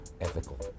ethical